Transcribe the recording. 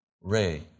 Ray